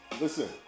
listen